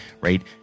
right